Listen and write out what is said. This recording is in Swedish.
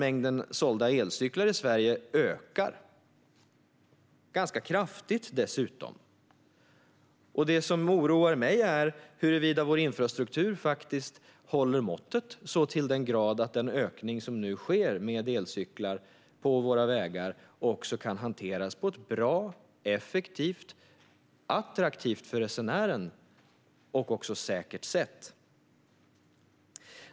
Mängden sålda elcyklar ökar nämligen i Sverige, dessutom ganska kraftigt. Det som oroar mig är huruvida vår infrastruktur faktiskt håller måttet så till den grad att den ökning som nu sker av elcyklar på våra vägar också kan hanteras på ett bra, effektivt och för resenären attraktivt och säkert sätt.